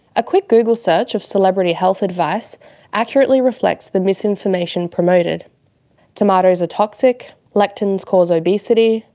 a quick google search of celebrity health advice accurately reflects the misinformation promoted tomatoes are toxic, lectins cause obesity,